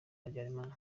habyalimana